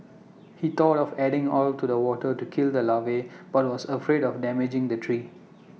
he thought of adding oil to the water to kill the larvae but was afraid of damaging the tree